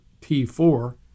T4